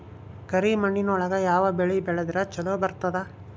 ಕರಿಮಣ್ಣೊಳಗ ಯಾವ ಬೆಳಿ ಬೆಳದ್ರ ಛಲೋ ಬರ್ತದ?